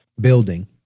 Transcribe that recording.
building